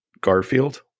Garfield